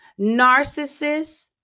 narcissist